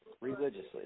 Religiously